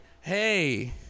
hey